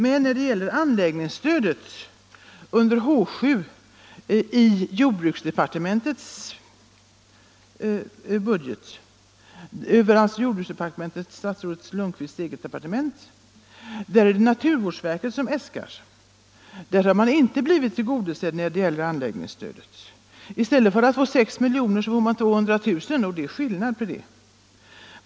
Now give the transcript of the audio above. Men när det gäller anläggningsstödet under H 7 i jordbruksdepartementets huvudtitel, alltså statsrådet Lundkvists eget departement, är det naturvårdsverket som gör äskandena, och de föreslås inte bli tillgodosedda. I stället för 6 miljoner föreslås 200 000 kr., och det är skillnad det.